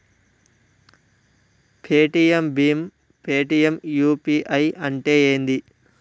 Paytm భీమ్ Paytm UPI అంటే ఏంది?